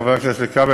חבר הכנסת כבל,